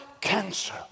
cancer